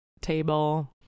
table